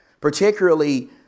particularly